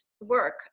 work